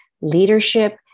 leadership